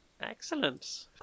Excellent